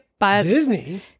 Disney